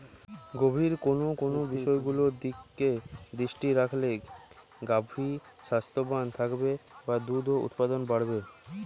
গাভীর কোন কোন বিষয়গুলোর দিকে দৃষ্টি রাখলে গাভী স্বাস্থ্যবান থাকবে বা দুধ উৎপাদন বাড়বে?